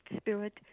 spirit